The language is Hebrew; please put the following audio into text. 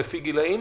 לפי גילאים?